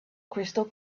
crystal